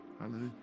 Hallelujah